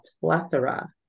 plethora